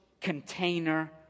container